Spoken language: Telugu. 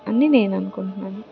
అని నేననుకుంటున్నాను